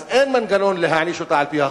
אז אין מנגנון להעניש אותה על-פי החוק,